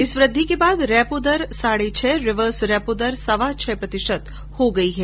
इस वृद्धि के बाद रेपो दर साढे छह रिवर्स रेपो दर सवा छह प्रतिशत हो गई है